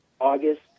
August